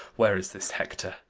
where is this hector?